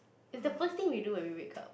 is the first thing we do when we wake up